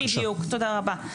בדיוק, תודה רבה.